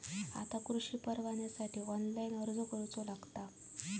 आता कृषीपरवान्यासाठी ऑनलाइन अर्ज करूचो लागता